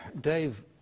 Dave